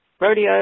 rodeo